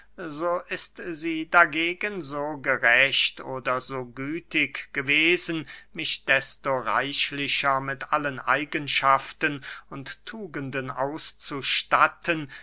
so ist sie dagegen so gerecht oder so gütig gewesen mich desto reichlicher mit allen eigenschaften und tugenden auszustatten